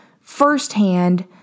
firsthand